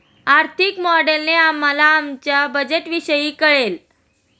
आर्थिक मॉडेलने आम्हाला आमच्या बजेटविषयी कळेल